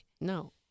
No